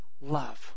love